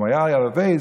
אם הוא היום ב-Waze